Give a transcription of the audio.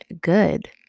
good